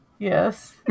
Yes